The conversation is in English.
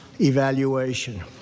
evaluation